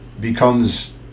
becomes